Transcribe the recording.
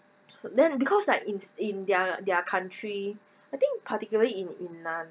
then because like in in their their country I think particularly in yunnan